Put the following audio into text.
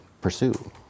pursue